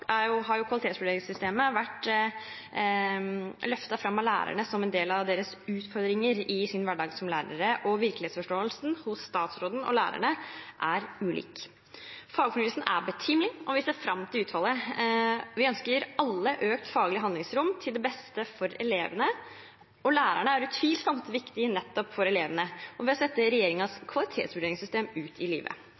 har kvalitetsvurderingssystemet vært løftet fram av lærerne som en del av deres utfordringer i deres hverdag som lærere, og virkelighetsforståelsen hos statsråden og lærerne er ulik. Fagfornyelsen er betimelig, og vi ser fram til utfallet. Vi ønsker alle økt faglig handlingsrom til beste for elevene, og lærerne er utvilsomt viktige nettopp for elevene – og vil sette